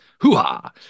Hoo-ha